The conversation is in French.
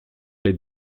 les